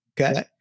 Okay